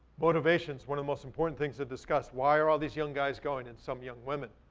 motivation's one of the most important things to discuss. why are all these young guys going and some young women?